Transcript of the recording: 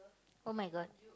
!oh-my-God!